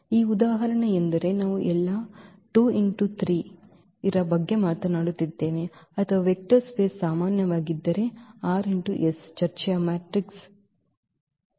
ಈ ಉದಾಹರಣೆಯೆಂದರೆ ನಾವು ಎಲ್ಲಾ 2 × 3 ರ ಬಗ್ಗೆ ಮಾತನಾಡುತ್ತಿದ್ದೇವೆ ಅಥವಾ ವೆಕ್ಟರ್ ಸ್ಪೇಸ್ದಲ್ಲಿ ಸಾಮಾನ್ಯವಾಗಿದ್ದರೆ r X s ಚರ್ಚೆಯ ಮ್ಯಾಟ್ರಿಕ್ಗಳನ್ನು ಚರ್ಚಿಸುತ್ತೇವೆ